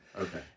Okay